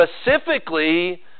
Specifically